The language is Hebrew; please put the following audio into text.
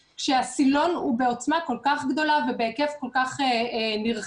כשהסילון הוא בעוצמה כל כך גדולה ובהיקף כל כך נרחב.